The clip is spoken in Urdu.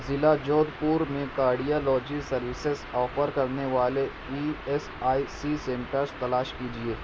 ضلع جودھ پور میں کارڈیالوجی سرویسس آفر کرنے والے E S I C centres تلاش کیجیے